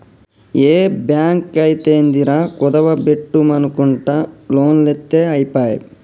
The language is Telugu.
ఏ బాంకైతేందిరా, కుదువ బెట్టుమనకుంట లోన్లిత్తె ఐపాయె